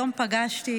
היום פגשתי,